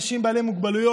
אנשים בעלי מוגבלויות,